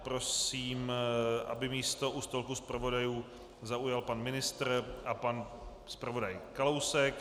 Prosím, aby místo u stolku zpravodajů zaujal pan ministr a pan zpravodaj Kalousek.